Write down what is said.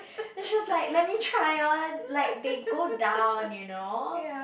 then she was like let me try on like they go down you know